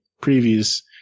previous